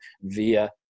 via